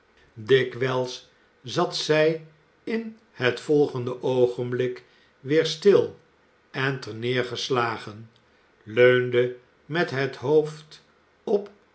dikwijls zat zij in het volgende oogenb ik weer stil en ter neergeslagen leunde met het hoofd op